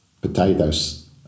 potatoes